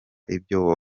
ibyo